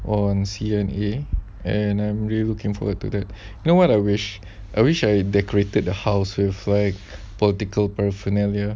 on C_N_A and I'm really looking forward to that you know what I wish I wish I had decorated the house with like flag political paraphernalia